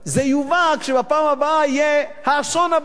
זה יובא כשבפעם הבאה יהיה האסון הבא,